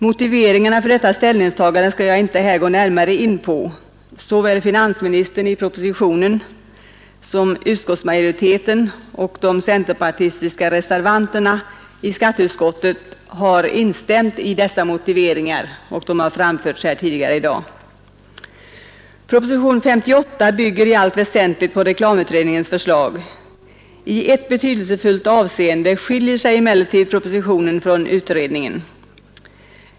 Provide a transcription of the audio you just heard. Motiveringarna för detta ställningstagande skall jag här inte gå närmare in på. Finansministern i propositionen, utskottsmajoriteten och de centerpartistiska reservanterna i skatteutskottet har instämt i dessa motiveringar, som också har framförts här tidigare i dag. Propositionen 58 bygger i allt väsentligt på reklamutredningens förslag. I ett betydelsefullt avseende skiljer sig emellertid propositionen från utredningsförslaget.